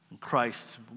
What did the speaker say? Christ